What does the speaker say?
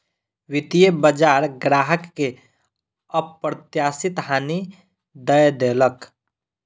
वित्तीय बजार ग्राहक के अप्रत्याशित हानि दअ देलक